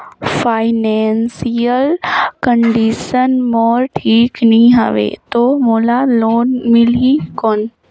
Financial condition मोर ठीक नी हवे तो मोला लोन मिल ही कौन??